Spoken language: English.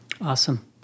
Awesome